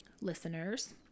listeners